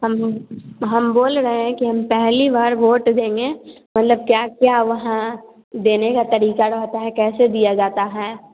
हम हम बोल रहे हैं कि हम पहली बार वोट देंगे मतलब क्या क्या वहाँ देने का तरीका रहता है कैसे दिया जाता है